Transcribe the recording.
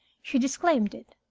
she disclaimed it.